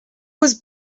was